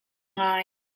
ngai